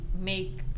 make